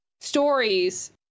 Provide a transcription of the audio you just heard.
stories-